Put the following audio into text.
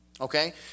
Okay